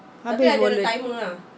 habis wallet